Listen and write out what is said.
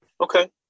Okay